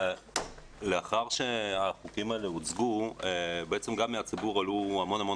לאחר שהחוקים האלה הוצגו גם מהציבור עלו המון המון